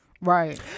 Right